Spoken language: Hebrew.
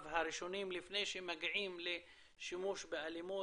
הראשונים לפני שמגיעים לשימוש באלימות.